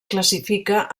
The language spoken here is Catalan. classifica